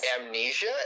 amnesia